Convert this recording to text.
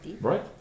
Right